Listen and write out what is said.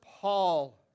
Paul